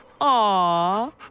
Aw